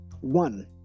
one